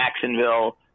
Jacksonville